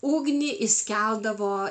ugnį įskeldavo